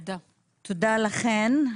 תודה לכן.